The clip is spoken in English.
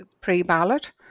pre-ballot